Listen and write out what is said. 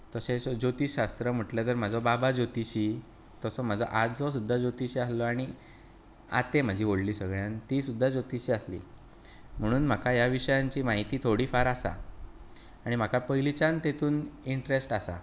तशेंच ज्योतीशास्त्र म्हणलें तर म्हजो बाबा ज्योतिशी तसो म्हजो आजो सुद्दा ज्योतीश आसलो आनी आतें म्हजें व्हडली सगळ्यांत ती सुद्दा ज्योतीश आसली म्हणून म्हाका ह्या विशयांची म्हायती थोडी फार आसा आनी म्हाका पयलींच्यान तेतून इंट्रेस्ट आसा